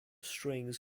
strings